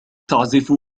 تعزف